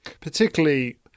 Particularly